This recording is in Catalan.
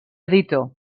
editor